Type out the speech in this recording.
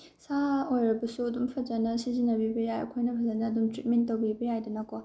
ꯁꯥ ꯑꯣꯏꯔꯕꯁꯨ ꯑꯗꯨꯝ ꯐꯖꯅ ꯁꯤꯖꯤꯟꯅꯕꯤꯕ ꯌꯥꯏ ꯑꯩꯈꯣꯏꯅ ꯐꯖꯅ ꯑꯗꯨꯝ ꯇ꯭ꯔꯤꯠꯃꯦꯟ ꯇꯧꯕꯤꯕ ꯌꯥꯏꯗꯅꯀꯣ